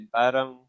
parang